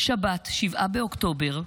"שבת, 7 באוקטובר,